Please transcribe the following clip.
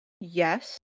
Yes